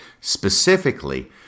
specifically